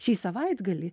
šį savaitgalį